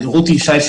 רותי ישי,